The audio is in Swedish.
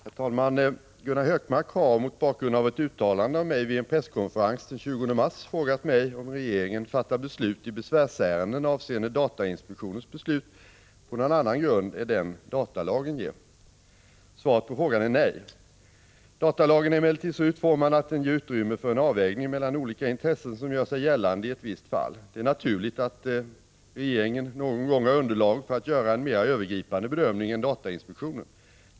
Herr talman! Gunnar Hökmark har — mot bakgrund av ett uttalande av mig vid en presskonferens den 20 mars — frågat mig om regeringen fattar beslut i besvärsärenden avseende datainspektionens beslut på någon annan grund än den datalagen ger. Svaret på frågan är nej. Datalagen är emellertid så utformad att den ger utrymme för en avvägning mellan olika intressen som gör sig gällande i ett visst fall. Det är naturligt att regeringen någon gång har underlag för att göra en mera övergripande bedömning än datainspektionen.